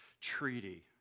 treaty